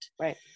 right